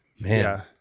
man